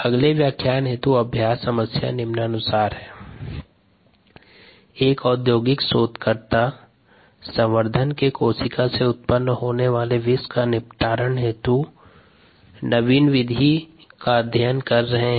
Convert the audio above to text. अगले व्याख्यान हेतु अभ्यास समस्या निम्नानुसार है एक औद्योगिक शोधकर्ता संवर्धन के कोशिका से उत्पन्न होने वाले विष के निपटारन हेतु नवीन विधि का अध्ययन कर रहें है